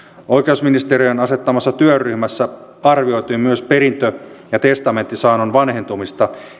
oikeusministeriön asettamassa työryhmässä arvioitiin myös perintö ja testamenttisaannon vanhentumista